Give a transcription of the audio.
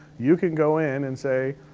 you can go in and say,